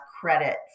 credit